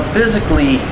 Physically